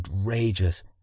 outrageous